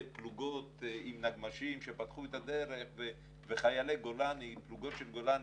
בפלוגות עם נגמ"שים שפתחו את הדרך וחיילי גולני עם פלוגות של גולני,